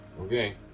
Okay